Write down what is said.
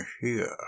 here